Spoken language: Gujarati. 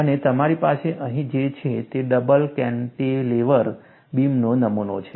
અને તમારી પાસે અહીં જે છે તે ડબલ કેન્ટિલેવર બીમનો નમૂનો છે